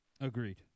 Agreed